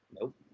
Nope